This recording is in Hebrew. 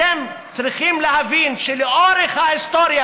אתם צריכים להבין שלאורך ההיסטוריה,